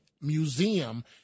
museum